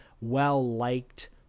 well-liked